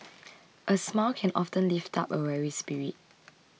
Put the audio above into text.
a smile can often lift up a weary spirit